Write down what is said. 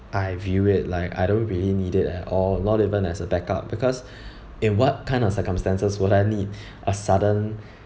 I view it like I don't really need it at all not even as a backup because in what kind of circumstances would I need a sudden